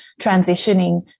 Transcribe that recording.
transitioning